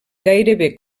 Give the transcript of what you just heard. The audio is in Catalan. gairebé